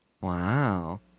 Wow